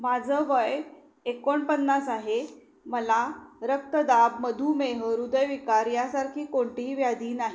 माझं वय एकोणपन्नास आहे मला रक्तदाब मधुमेह हृदयविकार यासारखी कोणती व्याधी नाही